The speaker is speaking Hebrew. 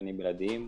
כשחקנים בלעדיים,